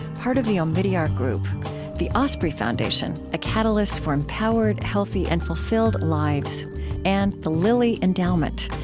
part of the omidyar group the osprey foundation a catalyst for empowered, healthy, and fulfilled lives and the lilly endowment,